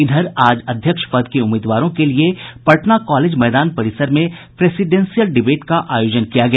इधर आज अध्यक्ष पद के उम्मीदवारों के लिये पटना कॉलेज मैदान परिसर में प्रेसिडेंसियल डिबेट का आयोजन किया गया